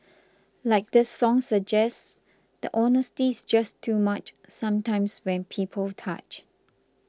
like this song suggests the honesty's just too much sometimes when people touch